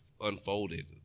unfolded